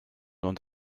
und